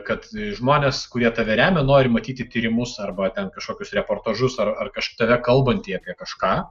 kad žmonės kurie tave remia nori matyti tyrimus arba ten kažkokius reportažus ar kažkaip tave kalbantį apie kažką